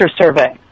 Survey